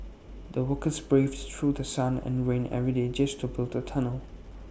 the workers braved through sun and rain every day just to build the tunnel